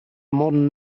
modern